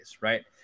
right